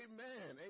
Amen